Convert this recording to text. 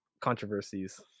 Controversies